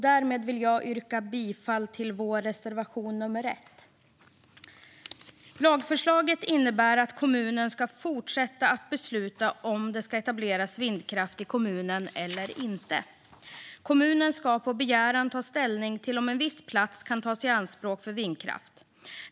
Därmed vill jag yrka bifall till vår reservation, nummer 1. Lagförslaget innebär att kommunen ska fortsätta att besluta om det ska etableras vindkraft i kommunen eller inte. Kommunen ska på begäran ta ställning till om en viss plats kan tas i anspråk för vindkraft.